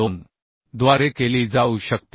2 द्वारे केली जाऊ शकते